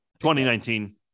2019